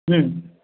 হুম